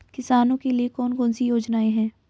किसानों के लिए कौन कौन सी योजनाएं हैं?